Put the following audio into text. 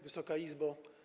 Wysoka Izbo!